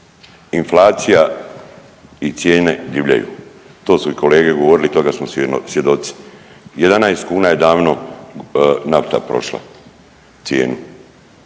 Inflacija i cijene divljaju, to su i kolege govorili toga smo svjedoci, 11 kuna je davno nafta prošla cijenu.